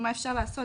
מה אפשר לעשות,